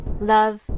love